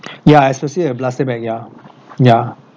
ya especially a plastic bag ya ya